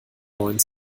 neuen